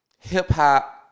Hip-hop